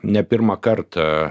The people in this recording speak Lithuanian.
ne pirmą kartą